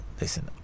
listen